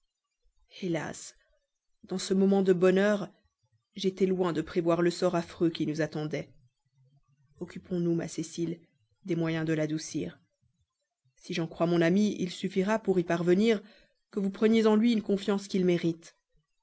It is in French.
hélas dans ce moment de bonheur j'étais loin de prévoir le sort affreux qui nous attendait occupons-nous ma cécile des moyens de l'adoucir si j'en crois mon ami il suffira pour y réussir que vous preniez en lui une confiance qu'il mérite